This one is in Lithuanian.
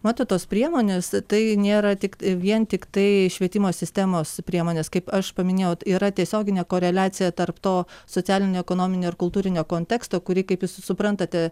matot tos priemonės tai nėra tik vien tiktai švietimo sistemos priemonės kaip aš paminėjau yra tiesioginė koreliacija tarp to socialinio ekonominio ir kultūrinio konteksto kurį kaip jūs suprantate